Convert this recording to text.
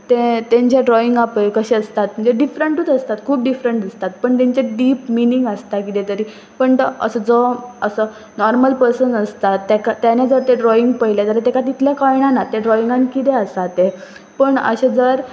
ते तेंचे ड्रॉइंगां पळय कशें आसतात म्हणजे डिफरंटूच आसतात खूब डिफरंट आसतात पूण तेंचे डीप मिनींग आसता कितें तरी पण असो जो असो नॉर्मल पर्सन आसता ते ताणें जर तें ड्रॉइंग पळयलें जाल्यार ताका तितलें कळणानाना तें ड्रॉइंगान कितें आसा तें पूण अशें जर